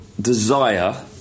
desire